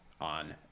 On